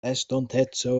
estonteco